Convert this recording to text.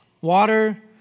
water